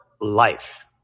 life